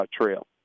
trail